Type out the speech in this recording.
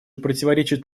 противоречат